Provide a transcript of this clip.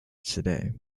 today